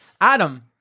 Adam